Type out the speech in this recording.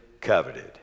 coveted